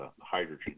hydrogen